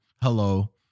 Hello